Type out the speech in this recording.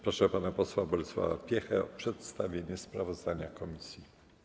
Proszę pana posła Bolesława Piechę o przedstawienie sprawozdania komisji.